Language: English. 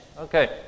Okay